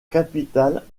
capitale